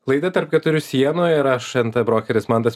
laida tarp keturių sienų ir aš nt brokeris mantas